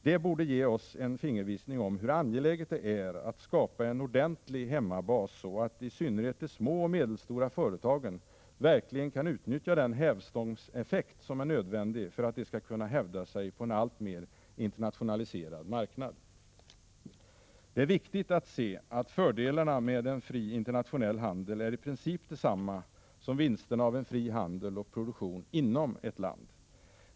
Det borde ge oss en fingervisning om hur angeläget det är att skapa en ordentlig hemmabas så att i synnerhet de små och medelstora företagen verkligen kan utnyttja den hävstångseffekt som är nödvändig för att de skall kunna hävda sig på en alltmer internationaliserad marknad. Det är viktigt att se att fördelarna med en fri internationell handel i princip är desamma som vinsterna av en fri handel och produktion inom ett land.